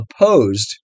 opposed